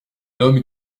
homme